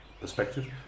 perspective